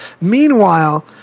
Meanwhile